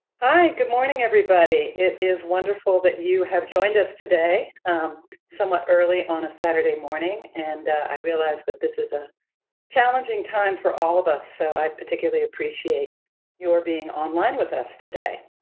hi, good morning, everybody. it is wonderful that you have joined us today somewhat early on a saturday morning, and i realize that this is a challenging time for all of us, so i particularly appreciate your being online with us today.